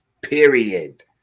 period